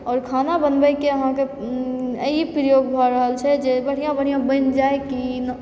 और खाना बनबैके अहाँके ई प्रयोग भऽ रहल छै जे बढ़िया बढ़िया बनि जाइ की